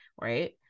right